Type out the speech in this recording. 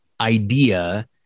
idea